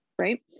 Right